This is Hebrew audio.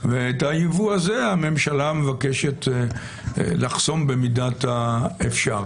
ואת הייבוא הזה הממשלה מבקשת לחסום במידת האפשר.